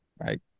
right